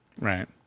Right